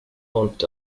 aunt